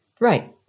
Right